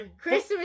Christmas